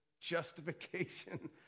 justification